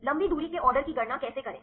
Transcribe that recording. लंबी दूरी के ऑर्डर की गणना कैसे करें